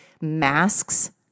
masks